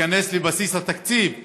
תיכנס לבסיס התקציב,